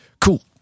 cool